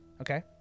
okay